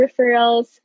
referrals